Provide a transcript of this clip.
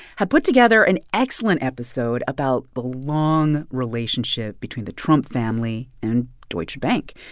had put together an excellent episode about the long relationship between the trump family and deutsche bank.